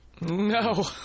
No